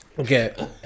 Okay